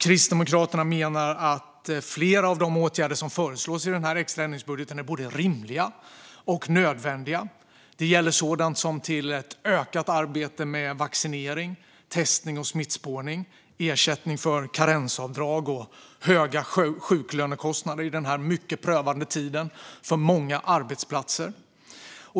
Kristdemokraterna menar att flera av de åtgärder som föreslås i denna extra ändringsbudget är både rimliga och nödvändiga. Det gäller sådant som medel till ett ökat arbete med vaccinering, testning och smittspårning och till ersättning för karensavdrag och höga sjuklönekostnader i den här mycket prövande tiden för många arbetsplatser.